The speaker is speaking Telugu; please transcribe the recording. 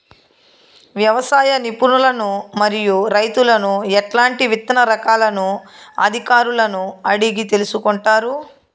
వ్యవసాయ నిపుణులను మరియు రైతులను ఎట్లాంటి విత్తన రకాలను అధికారులను అడిగి తెలుసుకొంటారు?